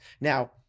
Now